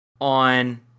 on